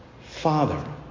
Father